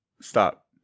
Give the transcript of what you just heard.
Stop